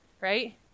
Right